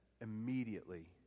immediately